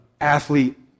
athlete